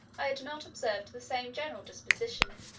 i had not observed the same general disposition.